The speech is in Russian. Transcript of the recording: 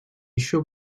еще